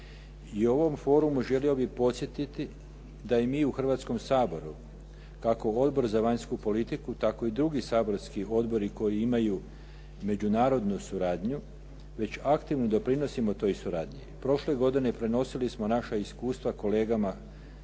u ovom forumu želio bih podsjetiti da i mi u Hrvatskom saboru kako Odbor za vanjsku politiku tako i drugi saborski odbori koji imaju međunarodnu suradnju već aktivno doprinosimo toj suradnji. Prošle godine prenosili smo naša iskustva kolegama s